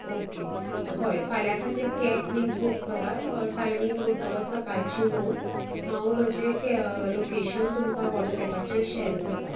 okay हय फाल्यां खातीर कॅब प्लीज बूक करात टायमींग उरतलो सकाळची णव हांव म्हजें के लोकेशन तुमका व्हॉट्सेपाचेर शेर करतां